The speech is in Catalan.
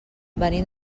venim